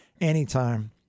anytime